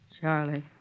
Charlie